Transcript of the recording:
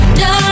no